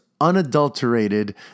unadulterated